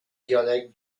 dialecte